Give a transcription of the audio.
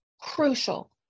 crucial